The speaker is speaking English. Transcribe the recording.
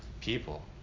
people